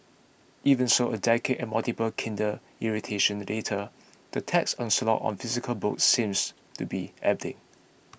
even so a decade and multiple Kindle iterations later the tech onslaught on physical books seems to be ebbing